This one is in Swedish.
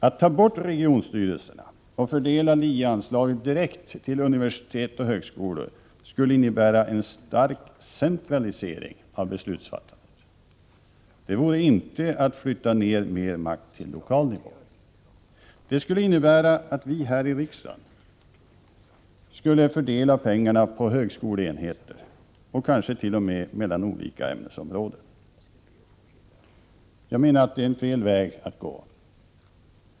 Att ta bort regionstyrelserna och fördela LIE-anslagen direkt till universitet och högskolor skulle innebära en stark centralisering av beslutsfattandet, inte en överföring av mer makt till lokal nivå. Det skulle innebära att vi här i riksdagen fördelade pengarna på olika högskoleenheter, kanske t.o.m. mellan olika ämnesområden. Jag menar att det är fel väg att gå.